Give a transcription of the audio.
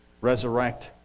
resurrect